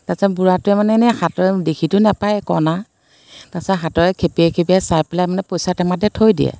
তাৰ পাছত বুঢ়াটোৱে মানে এনেই হাতেৰে দেখিতো নাপায়ে কণা তাৰ পাছত হাতেৰে খেপিয়াই খেপিয়াই চাই পেলাই মানে পইচা টেমাতে থৈ দিয়ে